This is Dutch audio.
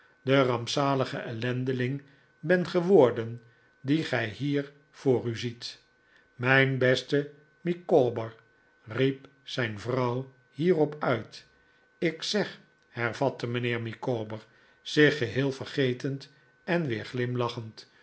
de rampzalige ellendeling ben geworden dien gij hier voor u ziet mijn beste micawber riep zijn vrouw hierop uit ik zeg hervatte mijnheer micawber zich geheel vergetend en weer glimlachend